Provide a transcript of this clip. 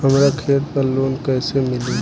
हमरा खेत पर लोन कैसे मिली?